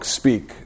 speak